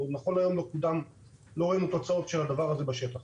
או נכון להיום, לא ראינו תוצאות של הדבר הזה בשטח.